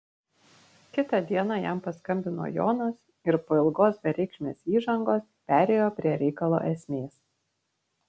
kitą dieną jam paskambino jonas ir po ilgos bereikšmės įžangos perėjo prie reikalo esmės